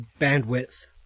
bandwidth